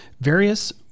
various